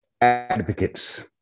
advocates